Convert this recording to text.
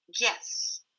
yes